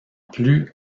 plus